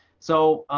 so